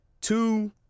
two